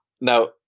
Now